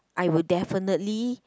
I will definitely